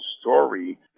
story